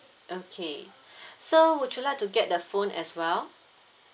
okay so would you like to get the phone as well